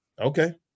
Okay